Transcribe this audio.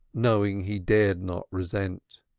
knowing he dared not resent.